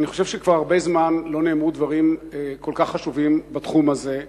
אני חושב שכבר הרבה זמן לא נאמרו דברים כל כך חשובים בתחום הזה,